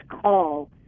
call